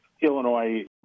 Illinois